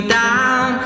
down